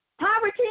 poverty